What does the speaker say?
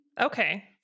Okay